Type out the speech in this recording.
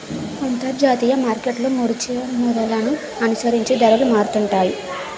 అంతర్జాతీయ మార్కెట్లో ముడిచమురులను అనుసరించి ధరలు మారుతుంటాయి